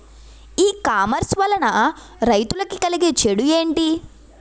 ఈ కామర్స్ వలన రైతులకి కలిగే చెడు ఎంటి?